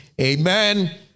Amen